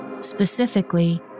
specifically